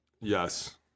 Yes